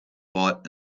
bought